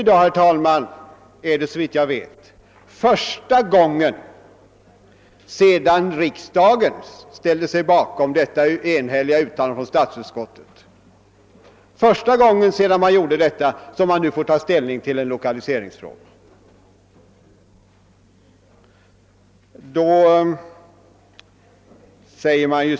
Det är i dag, såvitt jag vet, första gången sedan riksdagen ställde sig bakom detta enhälliga utlåtande från statsutskottet som man har att ta ställning till en lokaliseringsfråga av detta slag.